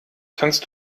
kannst